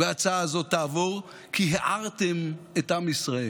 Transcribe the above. וההצעה הזאת תעבור, כי הערתם את עם ישראל.